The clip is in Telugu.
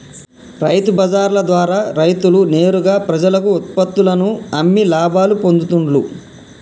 రైతు బజార్ల ద్వారా రైతులు నేరుగా ప్రజలకు ఉత్పత్తుల్లను అమ్మి లాభాలు పొందుతూండ్లు